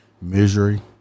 Misery